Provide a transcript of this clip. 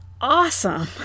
awesome